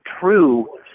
true